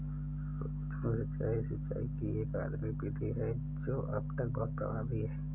सूक्ष्म सिंचाई, सिंचाई की एक आधुनिक विधि है जो अब तक बहुत प्रभावी है